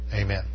Amen